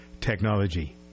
technology